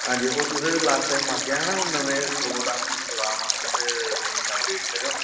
हां जी ओह् तुसें लास्ट टाइम आखेआ हा न नमें अखरोट आङन बदाम आङन ते मी अपडेट करेओ